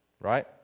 right